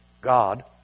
God